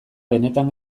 benetan